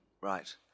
Right